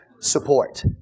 support